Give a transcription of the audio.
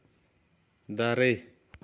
ᱫᱟᱨᱮ